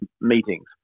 meetings